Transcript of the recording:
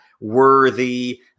worthy